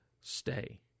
stay